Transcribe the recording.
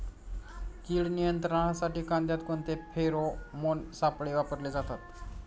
कीड नियंत्रणासाठी कांद्यात कोणते फेरोमोन सापळे वापरले जातात?